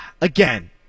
Again